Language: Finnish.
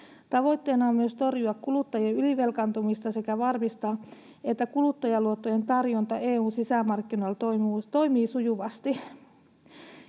Tavoitteena on myös torjua kuluttajien ylivelkaantumista sekä varmistaa, että kuluttajaluottojen tarjonta EU:n sisämarkkinoilla toimii sujuvasti.”